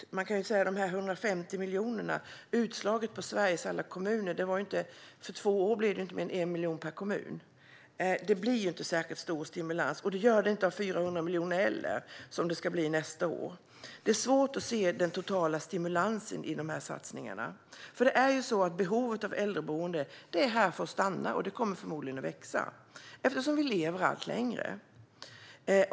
Om man slår ut de 150 miljonerna på Sveriges alla kommuner blir det inte mer än 1 miljon per kommun för två år. Det blir inte särskilt stor stimulans, och det blir det inte heller av 400 miljoner, som det ska bli nästa år. Det är svårt att se den totala stimulansen i dessa satsningar. Behovet av äldreboenden är här för att stanna och kommer förmodligen att växa, eftersom vi lever allt längre.